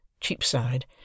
Cheapside